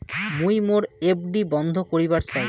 মুই মোর এফ.ডি বন্ধ করিবার চাই